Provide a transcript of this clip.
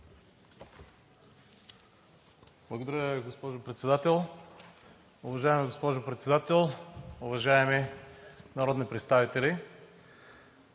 Благодаря Ви, госпожо Председател. Уважаема госпожо Председател, уважаеми народни представители!